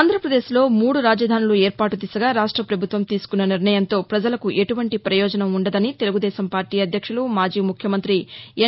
ఆంధ్రప్రదేశ్లో మూడు రాజధానులు ఏర్పాటు దిశగా రాష్ట ప్రభుత్వం తీసుకున్న నిర్ణయంతో పజలకు ఎటువంటి ప్రయోజనం ఉండదని తెలుగుదేశం పార్టీ అధ్యక్షులు మాజీ ముఖ్యమంత్రి ఎన్